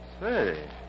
Hey